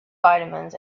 vitamins